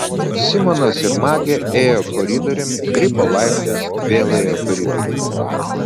simonas ir magė ėjo koridoriumi lipo laiptais vėl ėjo koridoriumi